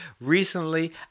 recently